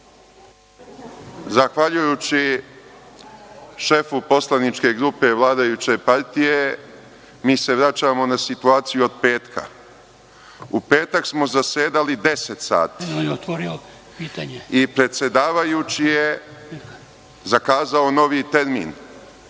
zahvaljujući šefu poslaničke grupe vladajuće partije, mi se vraćamo na situaciju od petka. U petak smo zasedali deset sati i predsedavajući je zakazao novi termin